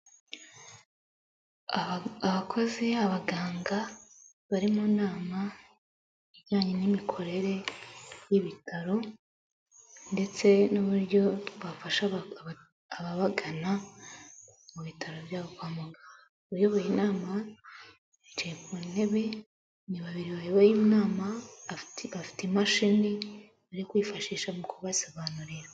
Abakozi, abaganga, bari mu nama ijyanye n'imikorere y'ibitaro ndetse n'uburyo bafasha ababagana mu bitaro byabo kwa muganga, uyoboye inama bicaye ku ntebe, ni babiri bayoboye inama, afite imashini ari kwifashisha mu kubasobanurira.